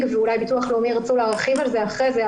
ואולי ביטוח לאומי ירצו להרחיב על זה אחרי זה,